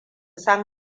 san